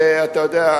אתה יודע,